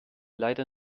leider